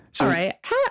right